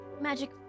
magic